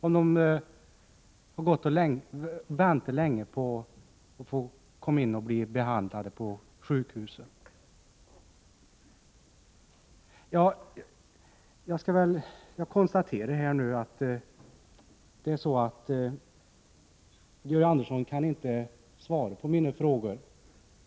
Eller skulle jag ha sagt detta till folk i Hagfors som tog upp problemet med läkartillgången med mig när jag var där för tre veckor sedan? Jag konstaterar att Georg Andersson inte kan svara på mina frågor.